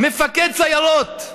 מפקד סיירות,